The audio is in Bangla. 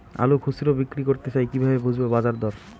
আলু খুচরো বিক্রি করতে চাই কিভাবে বুঝবো বাজার দর?